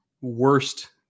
worst